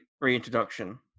reintroduction